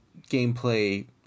gameplay